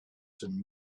some